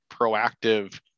proactive